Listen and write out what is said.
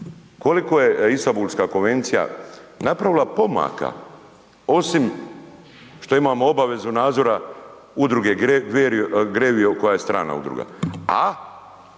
Koliko je Istambulska konvencija napravila pomaka osim što imamo obavezu nadzora udruge Grevija koja je strana udruga, a